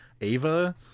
Ava